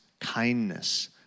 kindness